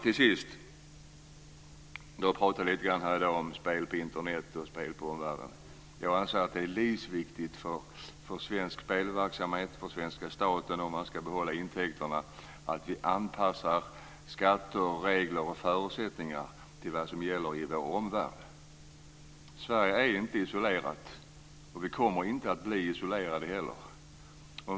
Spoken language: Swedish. Det har talats här i dag om spel på Internet. Jag anser att det är livsviktigt för svensk spelverksamhet och för svenska staten om man ska kunna behålla intäkterna att skatter, regler och förutsättningar anpassas till det som gäller i vår omvärld. Sverige är inte isolerat, och vi kommer inte heller att bli isolerade.